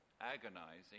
agonizing